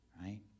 Right